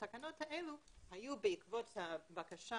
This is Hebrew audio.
התקנות האלה היו בעקבות הבקשה,